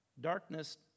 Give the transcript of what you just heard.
Darkness